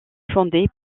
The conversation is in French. fondé